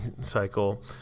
cycle